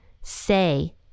say